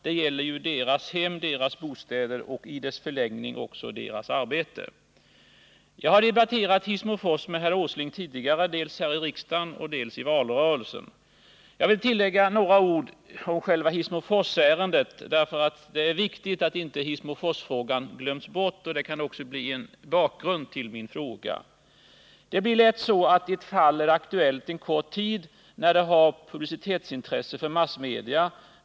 Det gäller ju deras bostäder, och i förlängningen också deras arbete. Jag har debatterat Hissmofors med herr Åsling tidigare, dels här i riksdagen, dels i valrörelsen. Nu vill jag tillägga några ord om själva Hissmoforsärendet, eftersom det är viktigt att inte Hissmoforsproblemen glöms bort. Dessa synpunkter kan också bilda en bakgrund till min fråga. Det blir lätt så att ett fall är aktuellt en kort tid, när det har publicitetsintresse för massmedia.